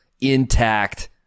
intact